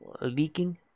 Leaking